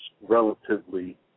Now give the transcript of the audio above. relatively